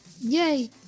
Yay